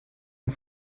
une